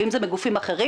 ואם זה מגופים אחרים.